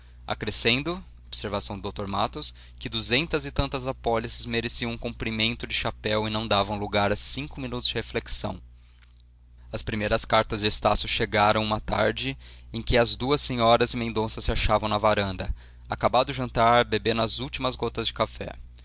matos que duzentas e tantas apólices mereciam um cumprimento de chapéu e não davam lugar a cinco minutos de reflexão as primeiras cartas de estácio chegaram uma tarde em que as duas senhoras e mendonça se achavam na varanda acabado o jantar bebendo as últimas gotas de café